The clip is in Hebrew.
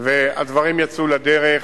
והדברים יצאו לדרך.